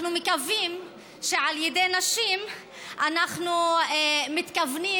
אנחנו מקווים שעל ידי נשים אנחנו מתכוונים